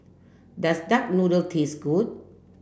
does duck noodle taste good